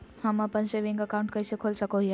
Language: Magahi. हम अप्पन सेविंग अकाउंट कइसे खोल सको हियै?